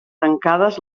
tancades